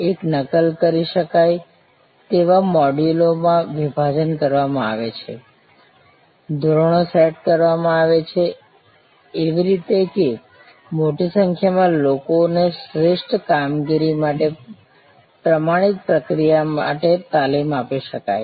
એક નકલ કરી શકાય તેવા મોડ્યુલોમાં વિભાજન કરવામાં આવે છે ધોરણો સેટ કરવામાં આવે છે એવી રીતે કે મોટી સંખ્યામાં લોકોને શ્રેષ્ઠ કામગીરી માટે પ્રમાણિત પ્રક્રિયા માટે તાલીમ આપી શકાય